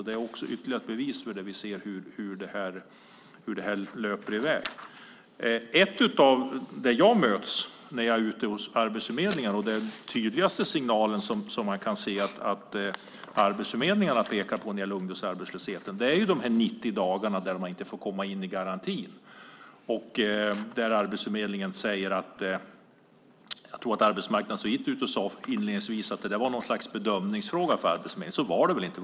Det är ytterligare ett bevis på hur vi ser att det här löper iväg. Den tydligaste signalen som jag möts av när jag är ute hos Arbetsförmedlingen och som de pekar på när det gäller ungdomsarbetslösheten är de 90 dagarna innan ungdomarna får komma in i garantin. Arbetsmarknadsministern gick inledningsvis ut och sade att det där var något slags bedömningsfråga för Arbetsförmedlingen, men så var det väl inte?